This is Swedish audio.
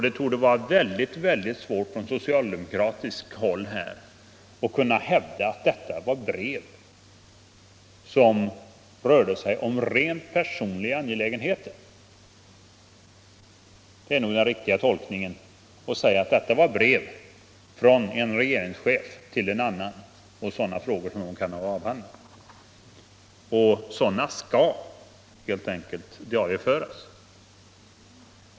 Det torde vara väldigt svårt att från socialdemokratiskt håll kunna hävda att detta var brev som rörde sig om rent personliga angelägenheter. Den riktiga tolkningen är nog att det var brev från en regeringschef till en annan om sådana frågor som de kan ha att avhandla. Och sådana brev skall helt enkelt diarieföras.